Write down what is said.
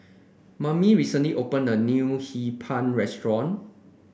Mame recently opened a new Hee Pan restaurant